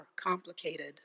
complicated